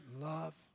love